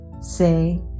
say